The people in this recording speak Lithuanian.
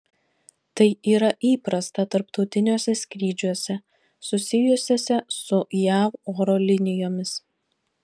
tai yra įprasta tarptautiniuose skrydžiuose susijusiuose su jav oro linijomis